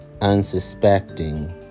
unsuspecting